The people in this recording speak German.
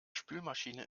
spülmaschine